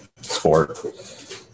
sport